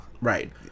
Right